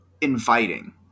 inviting